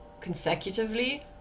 consecutively